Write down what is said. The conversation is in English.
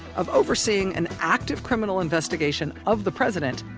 of overseeing an active criminal investigation of the president.